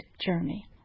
journey